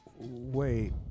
Wait